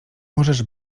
możesz